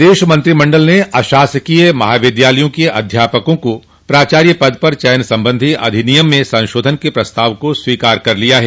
प्रदेश मंत्रिमंडल ने अशासकीय महाविद्यालयों के अध्यापकों को प्राचार्य पद पर चयन संबंधी अधिनियम में संशोधन के प्रस्ताव को स्वीकार कर लिया है